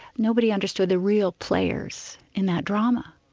nobody understood the real players in that drama.